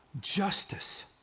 justice